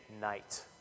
night